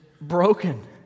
broken